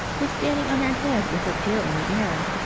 is standing on her head with her pail in the air